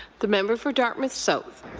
the member for dartmouth south.